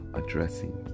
addressing